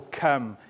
come